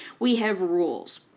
we have rules.